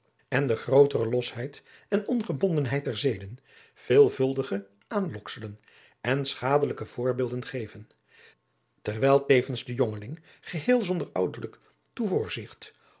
en de grootere losheid en ongebondenheid der zeden veelvuldige aanlokselen en schadelijke voorbeelden geven terwijl tevens de jongeling geheel zonder ouderlijk